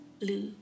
blue